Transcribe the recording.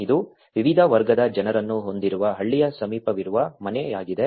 ಇದು ವಿವಿಧ ವರ್ಗದ ಜನರನ್ನು ಹೊಂದಿರುವ ಹಳ್ಳಿಯ ಸಮೀಪವಿರುವ ಮನೆಯಾಗಿದೆ